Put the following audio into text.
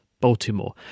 Baltimore